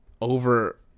Over